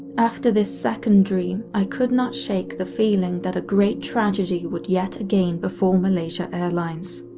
after this second dream, i could not shake the feeling that a great tragedy would yet again befall malaysia airlines.